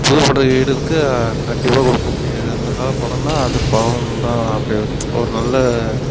புதுப்பட ஈடிற்கு கண்டிப்பாக கொடுக்க முடியாது அந்த கால படம்னா அது படந்தான் அப்படி ஒரு நல்ல